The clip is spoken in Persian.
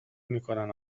میکنن